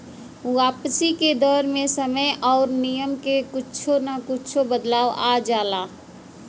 वापसी के दर मे समय आउर नियम में कुच्छो न कुच्छो बदलाव आ जाला